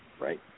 right